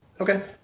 Okay